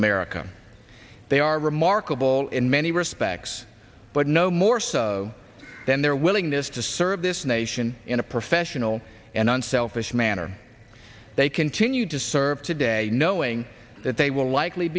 america they are remarkable in many respects but no more so than their willingness to serve this nation in a professional and unselfish manner they continue to serve today knowing that they will likely